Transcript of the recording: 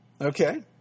Okay